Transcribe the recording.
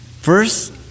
First